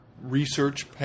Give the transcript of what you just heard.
Research